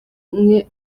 umwe